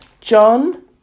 John